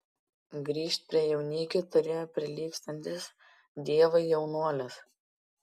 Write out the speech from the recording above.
grįžt prie jaunikių turėjo prilygstantis dievui jaunuolis